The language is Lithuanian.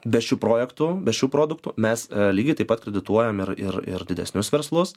be šių projektų be šių produktų mes lygiai taip pat kredituojam ir ir ir didesnius verslus